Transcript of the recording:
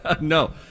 No